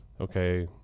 okay